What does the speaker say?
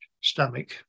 stomach